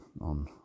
on